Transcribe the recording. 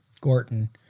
Gorton